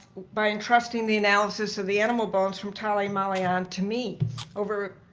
by entrusting the analysis of the animal bones from tal-e um malyan to me over.